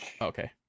Okay